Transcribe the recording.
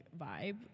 vibe